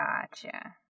gotcha